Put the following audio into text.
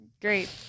great